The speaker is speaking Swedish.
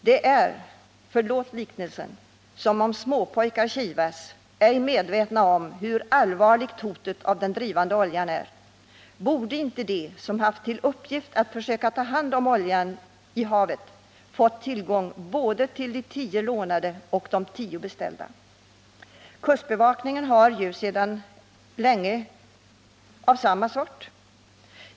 Det är, förlåt liknelsen, som om småpojkar kivas, ej medvetna om hurallvarligt hotet av den drivande oljan är. Borde inte de som har till uppgift att försöka ta hand oljan ute i havet få tillgång till både de tio lånade och de tio beställda systemen? Kustbevakningen har sedan länge system av samma sort.